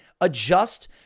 adjust